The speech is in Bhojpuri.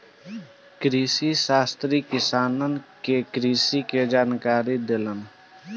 कृषिशास्त्री किसानन के कृषि के जानकारी देलन